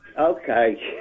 Okay